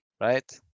right